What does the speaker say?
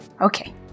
Okay